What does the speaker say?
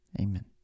Amen